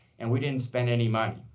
and we didn't spend any money.